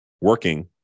working